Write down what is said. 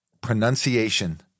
pronunciation